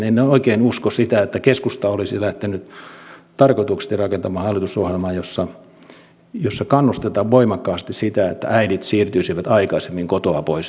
en oikein usko sitä että keskusta olisi lähtenyt tarkoituksellisesti rakentamaan hallitusohjelmaa jossa kannustetaan voimakkaasti sitä että äidit siirtyisivät aikaisemmin kotoa pois työelämään